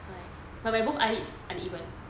that's why but my both eyelid uneven